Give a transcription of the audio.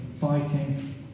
fighting